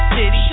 City